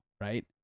right